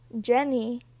Jenny